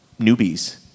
newbies